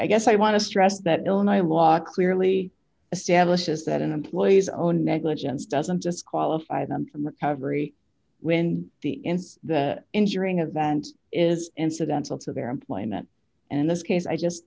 i guess i want to stress that illinois law clearly establishes that an employee's own negligence doesn't disqualify them from recovery when the injuring event is incidental to their employment and in this case i just